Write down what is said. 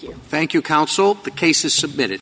you thank you counsel the case is submitted